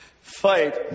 fight